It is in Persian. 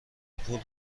پول